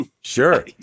sure